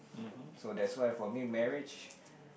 so that's why for me marriage